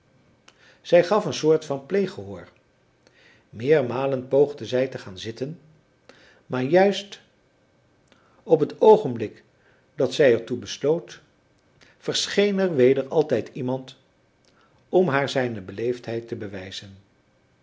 zij gaf een soort van pleeggehoor meermalen poogde zij te gaan zitten maar juist op het oogenblik dat zij er toe besloot verscheen er weder altijd iemand om haar zijne beleefdheid te bewijzen